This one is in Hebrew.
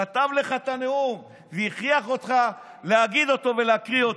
כתב לך את הנאום והכריח אותך להגיד אותו ולהקריא אותו.